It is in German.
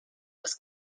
das